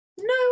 no